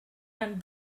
and